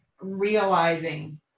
realizing